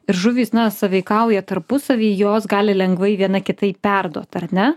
ir žuvys na sąveikauja tarpusavy jos gali lengvai viena kitai perduot ar ne